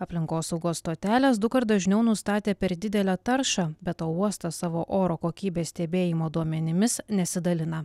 aplinkosaugos stotelės dukart dažniau nustatė per didelę taršą be to uostas savo oro kokybės stebėjimo duomenimis nesidalina